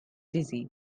dizzy